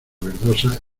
verdosas